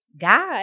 God